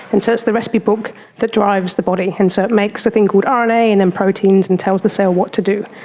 and so it's the recipe book that drives the body, and so makes a thing called um rna and then proteins and tells the cell what to do.